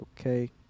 okay